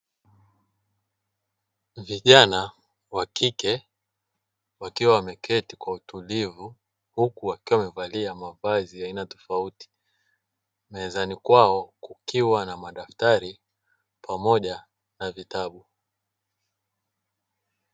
Vijana wa kike wakiwa wameketi kwa utulivu huku wakiwa wamevalia mavazi ya aina tofauti, mezani kwao kukiwa na madaftari pamoja na vitabu.